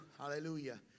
hallelujah